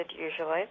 usually